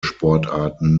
sportarten